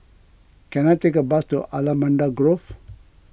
can I take a bus to Allamanda Grove